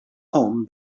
home